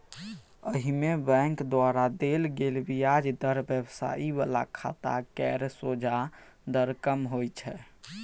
एहिमे बैंक द्वारा देल गेल ब्याज दर व्यवसाय बला खाता केर सोंझा दर कम होइ छै